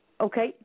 okay